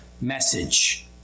message